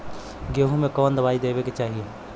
गेहूँ मे कवन दवाई देवे के चाही?